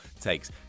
takes